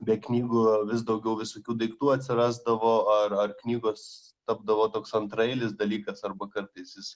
be knygų vis daugiau visokių daiktų atsirasdavo ar ar knygos tapdavo toks antraeilis dalykas arba kartais jis